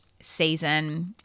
season